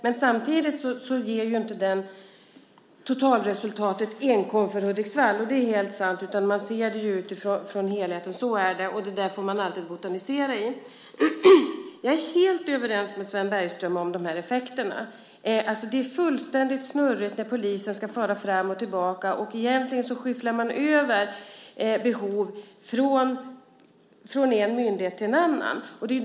Men samtidigt ger inte statistiken totalresultatet enkom för Hudiksvall, det är helt sant, utan man ser det utifrån helheten. Jag är helt överens med Sven Bergström om effekterna av det här. Det är fullständigt snurrigt att polisen ska fara fram och tillbaka. Man skyfflar över behov från en myndighet till en annan.